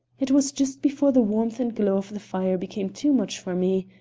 it was just before the warmth and glow of the fire became too much for me.